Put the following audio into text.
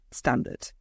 standard